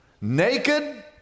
naked